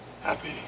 Happy